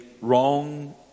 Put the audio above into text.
wrong